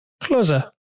closer